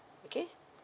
okay